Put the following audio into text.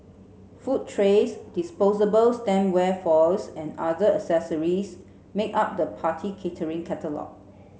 food trays disposable stemware foils and other accessories make up the party catering catalogue